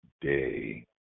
day